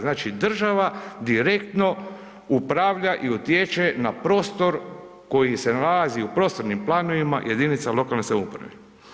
Znači država direktno upravlja i utječe na prostor koji se nalazi u prostornim planovima jedinica lokalne samouprave.